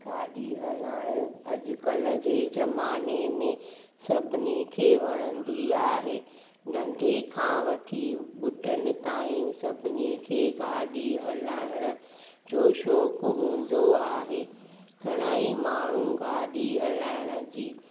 गाॾी हलाइणु अॼुकल्ह जे ज़माने में सभिनी खे वणंदी आहे नंढे खां वठी ॿुढनि ताईं सभिनी खे गाॾी हलाइण जो शौंक़ु हूंदो आहे घणां ई माण्हू गाॾी हलाइण जी